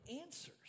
answers